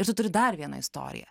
ir tu turi dar vieną istoriją